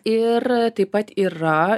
ir taip pat yra